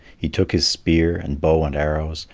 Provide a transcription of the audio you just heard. he took his spear and bow and arrows,